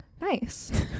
Nice